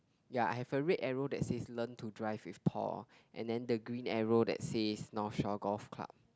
ya have a red error that is learn to drive with tall and then the green error that is North Shore Golf Club